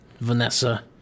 Vanessa